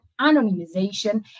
anonymization